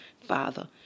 Father